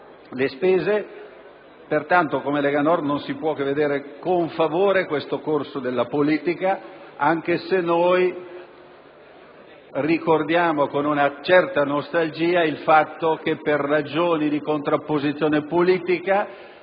le spese. Pertanto, come Lega Nord non possiamo che vedere con favore questo corso della politica, anche se ricordiamo con una certa nostalgia che, per ragioni di contrapposizione politica,